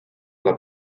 alla